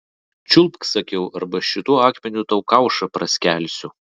čiulpk sakiau arba šituo akmeniu tau kaušą praskelsiu